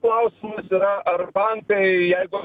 klausimas yra ar bankai jeigu